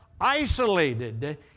isolated